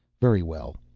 very well.